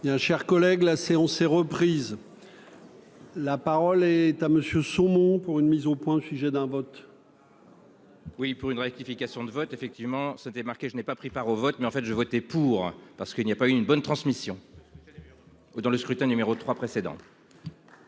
Bien, chers collègues, la séance est reprise. La parole est à monsieur saumon pour une mise au point au sujet d'un vote. Oui, pour une rectification de vote effectivement c'était marqué : je n'ai pas pris part au vote, mais en fait j'ai voté pour, parce qu'il n'y a pas eu une bonne transmission dans le scrutin numéro 3 précédentes.